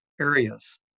areas